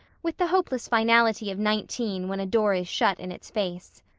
with the hopeless finality of nineteen when a door is shut in its face.